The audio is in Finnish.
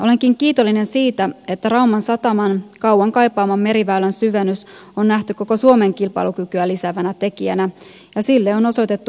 olenkin kiitollinen siitä että rauman sataman kauan kaipaama meriväylän syvennys on nähty koko suomen kilpailukykyä lisäävänä tekijänä ja sille on osoitettu määräraha